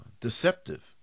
deceptive